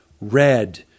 red